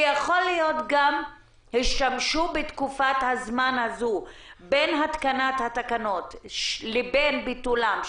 ויכול להיות שגם השתמשו בתקופת הזו בין התקנת התקנות לבין ביטולן,